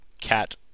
cat